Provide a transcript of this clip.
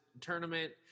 tournament